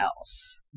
else